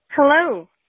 Hello